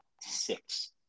six